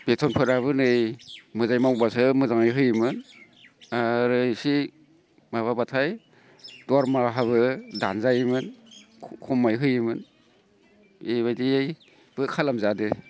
बेथनफोराबो नै मोजाङै मावब्लासो मोजाङै होयोमोन आरो इसे माबाब्लाथाय दरमाहाबो दानजायोमोन खमाय होयोमोन एबायदियै खालामजादो